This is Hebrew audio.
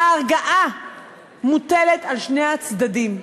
ההרגעה מוטלת על שני הצדדים.